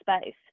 space